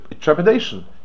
trepidation